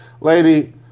Lady